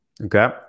Okay